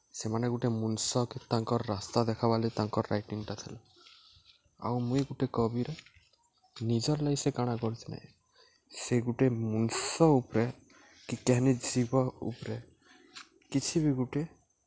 ସେମାନେ ଗୁଟେ ମୁନୁଷକେ ତାଙ୍କର୍ ରାସ୍ତା ଦେଖାବାର୍ ତାଙ୍କର୍ ରାଇଟିଂଟା ଥିଲା ଆଉ ମୁଇଁ ଗୁଟେ କବିର ନିଜର୍ ଲାଗି ସେ କାଣା କରିଛେ ନାହିଁ ସେ ଗୁଟେ ମୁନୁଷ ଉପ୍ରେ କି କେହେନି ଜୀବ ଉପ୍ରେ କିଛି ବି ଗୁଟେ